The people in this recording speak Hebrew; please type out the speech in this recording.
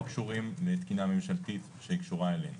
קשורים לתקינה ממשלתית שקשורה אלינו.